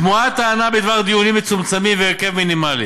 תמוהה הטענה בדבר דיונים מצומצמים והרכב מינימלי.